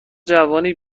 جوانی